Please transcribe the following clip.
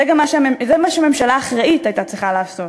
זה מה שממשלה אחראית הייתה צריכה לעשות.